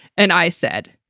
and i said,